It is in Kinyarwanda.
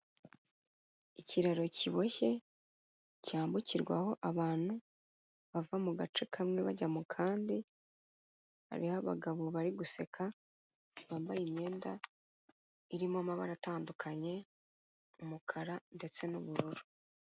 ikiraro kiboshye cyambukirwaho abantu bava mu gace kamwe bajya mu kandi, hariho abagabo bari guseka bambaye imyenda irimo amabara atandukanye; umukara ndetse n'ubururu.